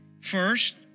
First